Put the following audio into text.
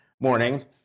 Mornings